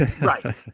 Right